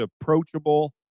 approachable